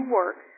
work